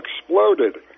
exploded